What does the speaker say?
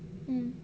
mm